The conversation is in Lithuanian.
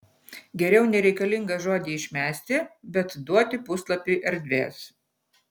geriau nereikalingą žodį išmesti bet duoti puslapiui erdvės